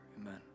Amen